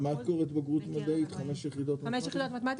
ומה קורה בקרב בעלי בגרות 5 יחידות מתמטיקה?